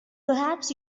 perhaps